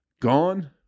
gone